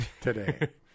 today